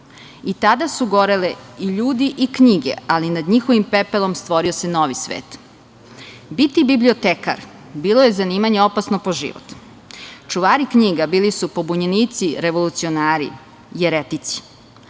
Tada su goreli i ljudi i knjige, ali nad njihovim pepelom stvorio se novi svet. Biti bibliotekar bilo je zanimanje opasno po život. Čuvari knjiga bili su pobunjenici, revolucionari, jeretici. Ko